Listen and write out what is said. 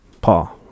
Paul